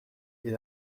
est